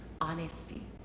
honesty